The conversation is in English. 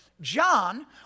John